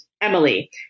Emily